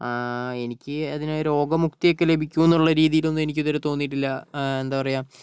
എനിക്ക് അതിനെ രോഗമുക്തിയൊക്കെ ലഭിക്കുമെന്നുള്ള രീതിയിലൊന്നും എനിക്ക് ഇതുവരെ തോന്നിയിട്ടില്ല എന്താ പറയുക